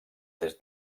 des